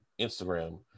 Instagram